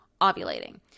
ovulating